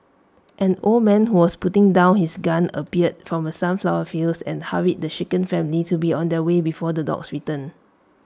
an old man who was putting down his gun appeared from the sunflower fields and hurried the shaken family to be on their way before the dogs return